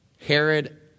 Herod